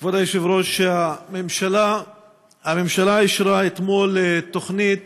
כבוד היושב-ראש, הממשלה אישרה אתמול תוכנית